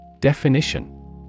Definition